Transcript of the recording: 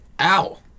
Ow